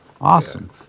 awesome